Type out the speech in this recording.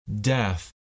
death